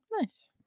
Nice